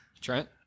Trent